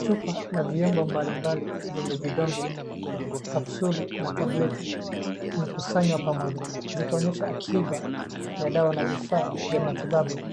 Chupa na vyombo mbalimbali zenye vidonge capsuli na tableti imekusanywa pamoja zikionyesha akiba ya dawa na vifaa vya matibabu,